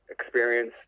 experience